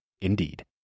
Indeed